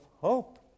hope